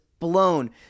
blown